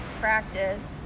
practice